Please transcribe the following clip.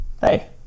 Hey